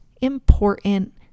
important